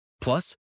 Plus